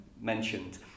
mentioned